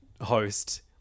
host